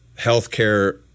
healthcare